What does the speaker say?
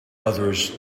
others